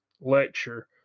lecture